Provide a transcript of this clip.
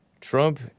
Trump